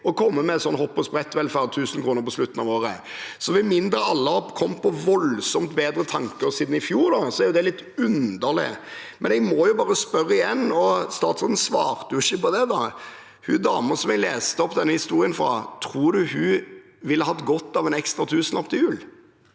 å komme med en sånn hopp-og-sprett-velferd og 1 000 kr på slutten av året. Med mindre alle har kommet på voldsomt bedre tanker siden i fjor, er dette litt underlig. Jeg må derfor bare spørre igjen, for statsråden svarte ikke på det: Hun dama som jeg leste opp denne historien til, tror du hun ville hatt godt av en ekstra tusenlapp til jul?